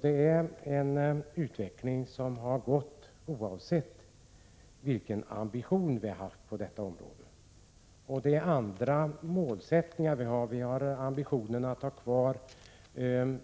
Det är alltså en utveckling som pågått oavsett vilken ambition vi haft på detta område. Det är andra målsättningar — ambitionen att ha kvar